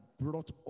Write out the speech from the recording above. brought